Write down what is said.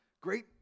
great